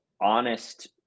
honest